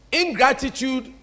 ingratitude